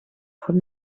from